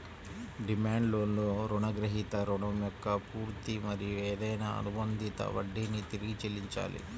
demand లోన్లో రుణగ్రహీత రుణం యొక్క పూర్తి మరియు ఏదైనా అనుబంధిత వడ్డీని తిరిగి చెల్లించాలి